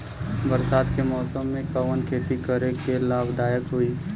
बरसात के मौसम में कवन खेती करे में लाभदायक होयी?